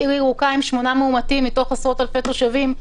עיר ירוקה עם שמונה מאומתים מתוך עשרות אלפי תושבים.